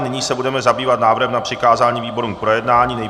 Nyní se budeme zabývat návrhem na přikázání výborům k projednání.